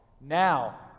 now